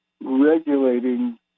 regulating